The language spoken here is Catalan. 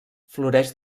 floreix